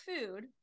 food